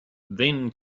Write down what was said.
then